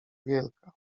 wielka